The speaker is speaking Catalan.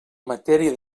matèria